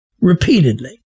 repeatedly